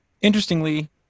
interestingly